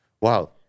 Wow